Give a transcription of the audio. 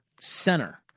center